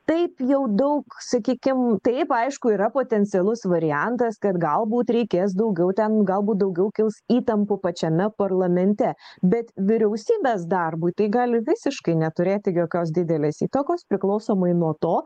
taip jau daug sakykim taip aišku yra potencialus variantas kad galbūt reikės daugiau ten galbūt daugiau kils įtampų pačiame parlamente bet vyriausybės darbui tai gali visiškai neturėti jokios didelės įtakos priklausomai nuo to